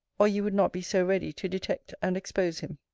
or you would not be so ready to detect and expose him.